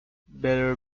better